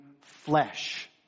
flesh